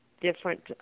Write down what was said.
different